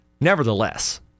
nevertheless